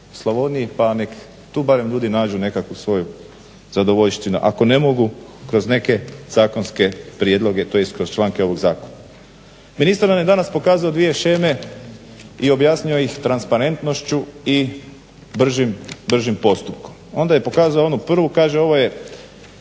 Slavoniji, pa nek tu barem ljudi nađu nekakvu svoju zadovoljštinu ako ne mogu kroz neke zakonske prijedloge, tj. kroz članke ovoga zakona. Ministar nam je danas pokazao dvije sheme i objasnio ih transparentnošću i bržim postupkom. Onda je pokazao onu prvu. Kaže ovo je